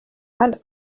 and